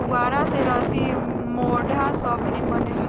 पुआरा से रसी, मोढ़ा सब बनेला